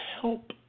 help